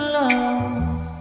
love